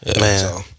Man